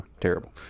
Terrible